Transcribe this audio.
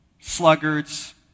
sluggards